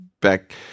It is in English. back